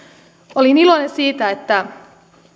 olin iloinen siitä että